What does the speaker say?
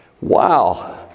Wow